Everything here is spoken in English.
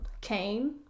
Cain